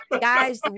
Guys